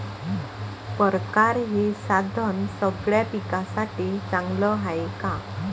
परकारं हे साधन सगळ्या पिकासाठी चांगलं हाये का?